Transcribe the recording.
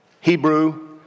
Hebrew